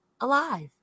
alive